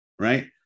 right